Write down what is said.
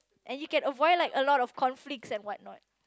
and you can avoid like a lot of conflicts and what not